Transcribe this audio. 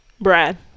brad